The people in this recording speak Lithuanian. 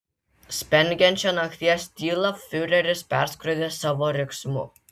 spengiančią nakties tylą fiureris perskrodė savo riksmu